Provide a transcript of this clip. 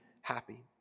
happy